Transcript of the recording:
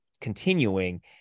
continuing